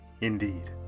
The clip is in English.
Indeed